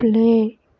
play